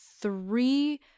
three